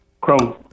Chrome